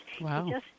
Wow